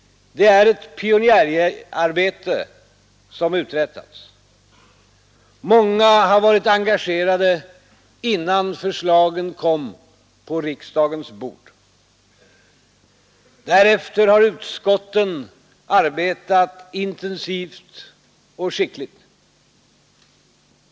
Det är ett pionjärarbete som uträttats. Många har varit engagerade innan förslagen kom på riksdagens bord. Därefter har utskotten arbetat intensivt och skickligt.